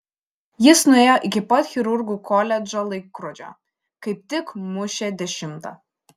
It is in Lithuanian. jis nuėjo iki pat chirurgų koledžo laikrodžio kaip tik mušė dešimtą